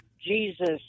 Jesus